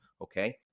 Okay